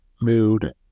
mood